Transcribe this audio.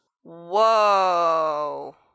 Whoa